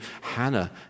Hannah